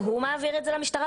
והוא מעביר את זה למשטרה,